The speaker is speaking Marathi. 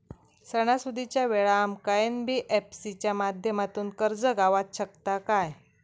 सणासुदीच्या वेळा आमका एन.बी.एफ.सी च्या माध्यमातून कर्ज गावात शकता काय?